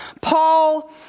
Paul